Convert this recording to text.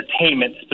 Entertainment